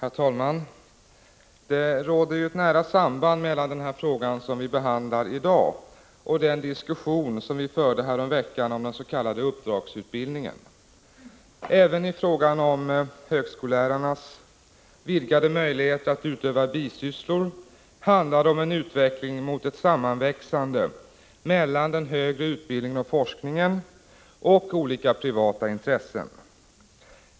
Herr talman! Det råder ett nära samband mellan den fråga vi behandlar i dag och den diskussion som vi förde häromveckan om den s.k. uppdragsutbildningen. Även i fråga om högskolelärarnas vidgade möjligheter att utöva bisysslor handlar det om en utveckling mot ett sammanväxande mellan den högre utbildningen-forskningen och olika privata intressen.